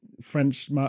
French